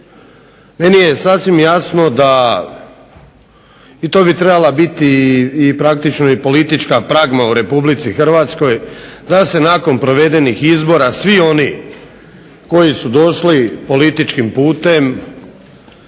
Meni je sasvim jasno i to bi trebalo biti praktično i politička pragma u Republici Hrvatskoj da se nakon provedenih izbora svi oni koji su došli političkim putem